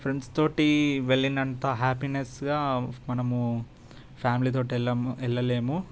friends తోటి వెళ్లినంత హ్యాపీనెస్గా మనము ఫ్యామిలీ తోటి వెళ్ళము వెళ్ళలేము